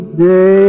day